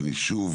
ואני שוב,